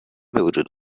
بوجود